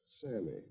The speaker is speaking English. Sammy